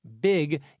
big